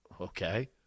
Okay